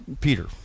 Peter